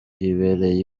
yibereye